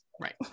right